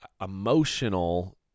emotional